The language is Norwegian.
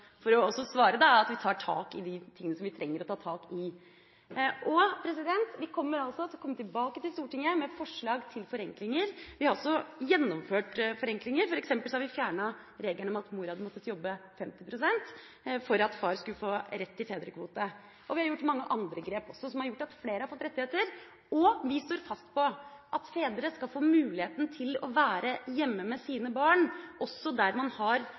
for å svare at vi tar tak i de tingene som vi trenger å ta tak i. Vi kommer til å komme tilbake til Stortinget med forslag til forenklinger. Vi har også gjennomført forenklinger, f.eks. har vi fjernet regelen om at mor måtte jobbe 50 pst. for at far skulle få rett til fedrekvote. Vi har også gjort mange andre grep som har gjort at flere har fått rettigheter. Vi står fast på at fedre skal få muligheten til å være hjemme med sine barn, også der man har